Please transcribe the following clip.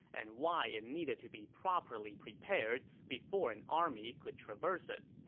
and why it needed to be properly prepared before an army could traverse it.